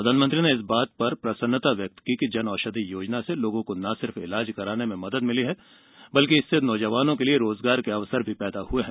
प्रधानमंत्री ने इस बात पर प्रसन्नता व्यक्त की कि जन औषधि योजना से लोगों को न सिर्फ इलाज कराने में मदद मिली है बल्कि इससे नौजवानों के लिए रोजगार के अवसर भी पैदा हुए हैं